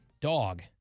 dog